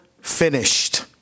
finished